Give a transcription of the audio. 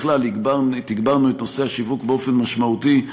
בכלל, תגברנו את נושא השיווק באופן משמעותי.